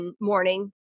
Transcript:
morning